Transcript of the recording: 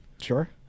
sure